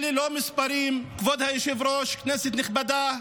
כבוד היושב-ראש, כנסת נכבדה,